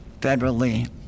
federally